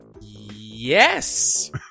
yes